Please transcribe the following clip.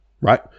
right